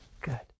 good